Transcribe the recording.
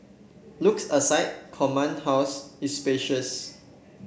looks aside Command House is spacious